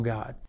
God